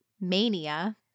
mania